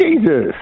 jesus